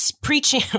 preaching